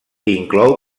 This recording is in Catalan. inclou